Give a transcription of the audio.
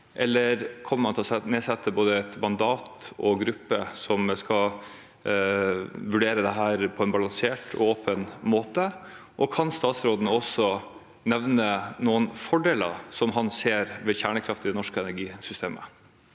eller kommer man til å sette ned både mandat og gruppe som skal vurdere dette på en balansert og åpen måte? Kan statsråden også nevne noen fordeler han ser ved kjernekraft i det norske energisystemet?